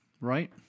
right